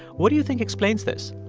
what do you think explains this?